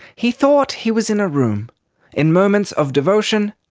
he thought he was in a room in moments of devotion,